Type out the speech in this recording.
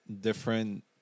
different